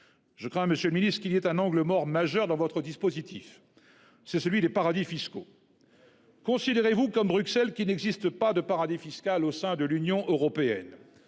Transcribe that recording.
Je crains, monsieur le ministre, qu'il n'y ait un angle mort majeur dans votre dispositif : les paradis fiscaux. Considérez-vous, comme Bruxelles, qu'il n'existe pas de paradis fiscal au sein de l'Union européenne